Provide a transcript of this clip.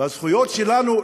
והזכויות שלנו,